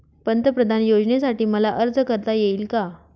पंतप्रधान योजनेसाठी मला अर्ज करता येईल का?